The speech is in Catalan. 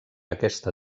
aquesta